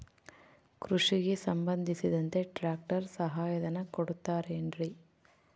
ಕೃಷಿಗೆ ಸಂಬಂಧಿಸಿದಂತೆ ಟ್ರ್ಯಾಕ್ಟರ್ ಸಹಾಯಧನ ಕೊಡುತ್ತಾರೆ ಏನ್ರಿ?